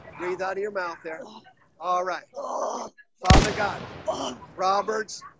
leave out of your mouth there. um all right ah father. god um roberts